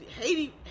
Haiti